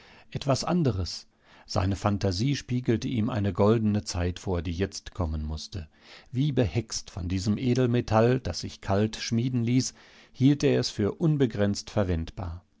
etwas anderes seine phantasie spiegelte ihm eine goldene zeit vor die jetzt kommen mußte wie behext von diesem edelmetall das sich kalt schmieden ließ hielt er es für unbegrenzt verwendbar